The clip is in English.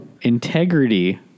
Integrity